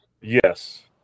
Yes